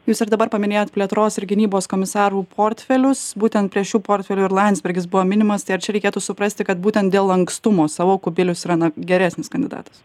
jūs ir dabar paminėjot plėtros ir gynybos komisarų portfelius būtent prie šių portfelių ir landsbergis buvo minimas tai ar čia reikėtų suprasti kad būtent dėl lankstumo savo kubilius yra na geresnis kandidatas